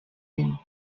vint